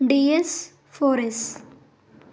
D S four yes